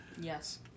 Yes